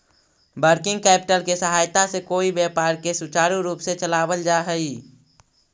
working capital के सहायता से कोई व्यापार के सुचारू रूप से चलावल जा हई